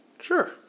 Sure